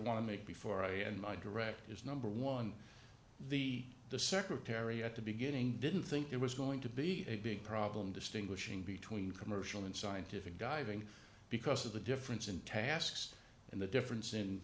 to make before i and my director is number one the the secretary at the beginning didn't think it was going to be a big problem distinguishing between commercial and scientific guiding because of the difference in tasks and the difference in